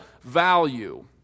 value